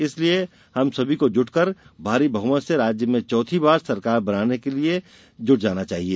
इसलिए हम सभी को जुटकर भारी बहुमत से राज्य में चौथी बार सरकार बनाने के कार्य में जुट जाना है